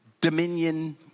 dominion